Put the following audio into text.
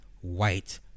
white